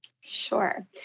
Sure